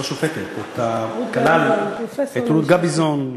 לא שופטת, רות גביזון.